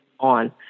on